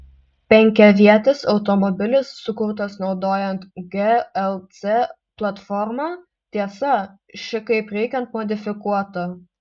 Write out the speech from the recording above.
penkiavietis automobilis sukurtas naudojant glc platformą tiesa ši kaip reikiant modifikuota